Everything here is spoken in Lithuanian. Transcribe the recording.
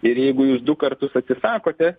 ir jeigu jūs du kartus atsisakote